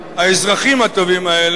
האזרחים הטובים האלה,